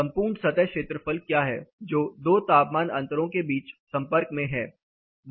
संपूर्ण सतह क्षेत्रफल क्या है जो दो तापमान अंतरों के बीच संपर्क में है